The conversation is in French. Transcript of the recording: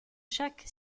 chaque